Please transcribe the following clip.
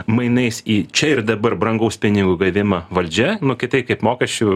mainais į čia ir dabar brangaus pinigo gavimą valdžia nu kitaip kaip mokesčiu